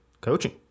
coaching